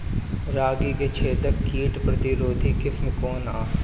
रागी क छेदक किट प्रतिरोधी किस्म कौन ह?